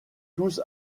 tous